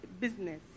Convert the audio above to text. business